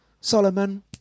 Solomon